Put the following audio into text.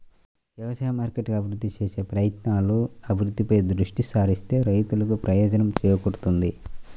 వ్యవసాయ మార్కెటింగ్ అభివృద్ధి చేసే ప్రయత్నాలు, అభివృద్ధిపై దృష్టి సారిస్తే రైతులకు ప్రయోజనం చేకూరుతుంది